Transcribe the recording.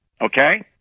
okay